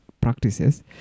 practices